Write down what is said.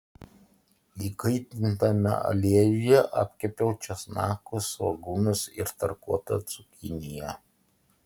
įkaitintame aliejuje apkepiau česnakus svogūnus ir tarkuotą cukiniją